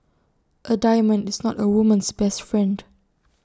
A diamond is not A woman's best friend